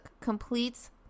completes